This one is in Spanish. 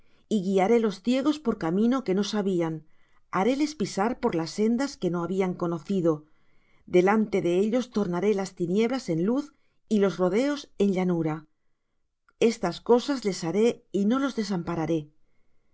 y guiaré los ciegos por camino que no sabían haréles pisar por las sendas que no habían conocido delante de ellos tornaré las tinieblas en luz y los rodeos en llanura estas cosas les haré y no los desampararé